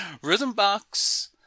Rhythmbox